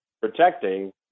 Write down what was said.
protecting